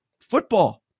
football